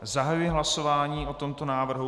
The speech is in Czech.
Zahajuji hlasování o tomto návrhu.